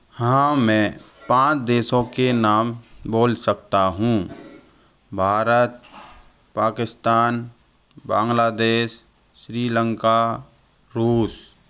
हाँ मैं पाँच देशों के नाम बोल सकता हूँ भारत पाकिस्तान बांग्लादेश श्रीलंका रूस